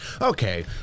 okay